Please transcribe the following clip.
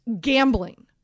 gambling